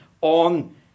on